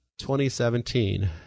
2017